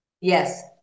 Yes